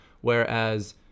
Whereas